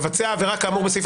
מבצע עבירה כאמור בסעיף